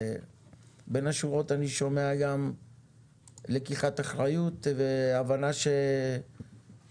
בין השורות אני שומע גם לקיחת אחריות והבנה שהם